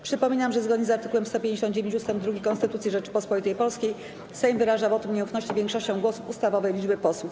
Przypominam, że zgodnie z art. 159 ust. 2 Konstytucji Rzeczypospolitej Polskiej Sejm wyraża wotum nieufności większością głosów ustawowej liczby posłów.